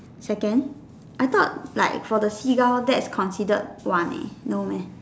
second I thought like for the seagull thats considered one eh no man